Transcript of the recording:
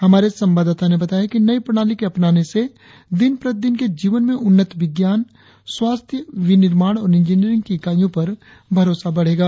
हमारे संवाददाता ने बताया है कि नई प्रणाली के अपनाने से दिन प्रतिदिन के जीवन में उन्नत विज्ञान स्वास्थ्य विनिर्माण और इंजीनियरिंग की इकाईयों पर भरोसा बढ़ेगा